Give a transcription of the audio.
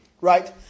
right